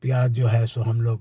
प्याज़ जो है सो हम लोग